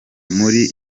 muri